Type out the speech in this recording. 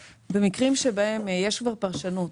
במקרים שבהם יש כבר פרשנות,